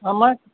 মই